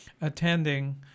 attending